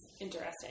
interesting